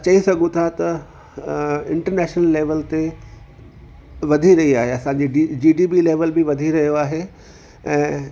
चई सघूं था त इंटरनेशनल लेवल ते वधी रही आहे असांजे डी जीडीपी लेवल बि वधी रहियो आहे ऐं